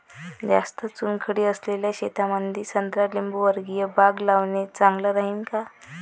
जास्त चुनखडी असलेल्या शेतामंदी संत्रा लिंबूवर्गीय बाग लावणे चांगलं राहिन का?